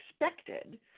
expected